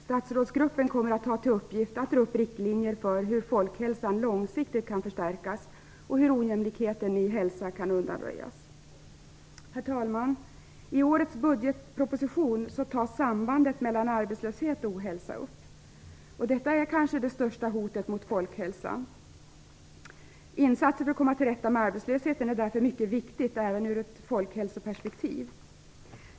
Statsrådsgruppen kommer att ha till uppgift att dra upp riktlinjer för hur folkhälsan långsiktigt kan förstärkas och hur ojämlikheten i hälsa kan undanröjas. Herr talman! I årets budgetproposition tas sambandet mellan arbetslöshet och ohälsa upp. Detta är kanske det största hotet mot folkhälsan. Insatser för att komma till rätta med arbetslösheten är därför mycket viktiga även ur ett folkhälsoperspektiv.